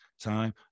time